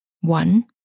One